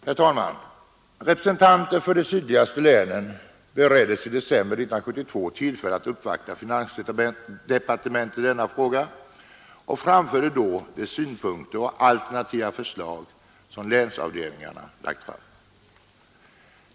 Herr talman! Representanter för de sydligaste länen bereddes i december 1972 tillfälle att uppvakta finansdepartementet i denna fråga och framförde då de synpunkter och alternativa förslag som länsavdelningarna lagt fram.